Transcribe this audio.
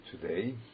today